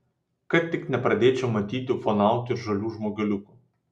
kad tik nepradėčiau matyti ufonautų ir žalių žmogeliukų